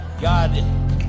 God